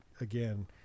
again